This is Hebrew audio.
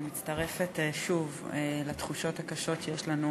אני מצטרפת שוב לתחושות הקשות שיש לנו